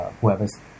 Whoever's